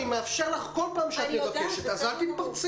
אני מאפשר לך כל פעם שאת מבקשת, אז אל תתפרצי.